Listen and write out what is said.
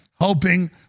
hoping